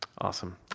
Awesome